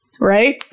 right